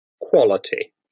quality